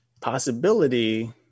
possibility